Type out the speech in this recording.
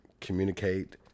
communicate